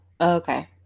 okay